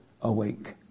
awake